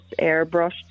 airbrushed